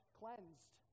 cleansed